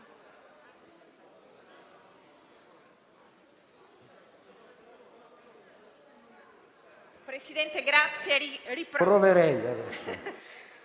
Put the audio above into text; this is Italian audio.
Grazie